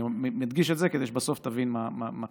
אני מדגיש את זה, כדי שבסוף תבין מה כוונתי.